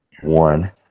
One